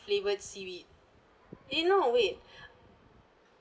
flavoured seaweed eh no wait